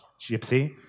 Gypsy